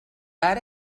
ara